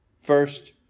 First